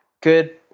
Good